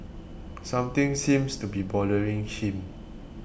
something seems to be bothering him